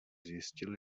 zjistil